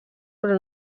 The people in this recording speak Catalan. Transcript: però